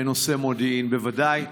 בנושא מודיעין בוודאי,